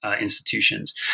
institutions